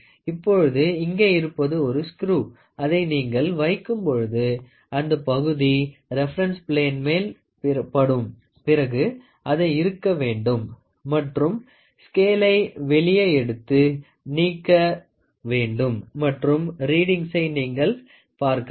இப்பொழுது இங்கே இருப்பது ஒரு ஸ்குரூ அதை நீங்கள் வைக்கும் பொழுது அந்தப்பகுதி ரெபரென்ஸ் பிளேன் மேல் படும் பிறகு அதை இறுக்க வேண்டும் மற்றும் ஸ்கேளை வெளியே எடுத்து நீக்க வேண்டும் மற்றும் ரீடிங்சை நீங்கள் பார்க்கலாம்